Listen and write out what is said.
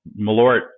Malort